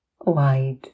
wide